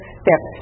step